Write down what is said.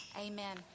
Amen